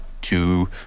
two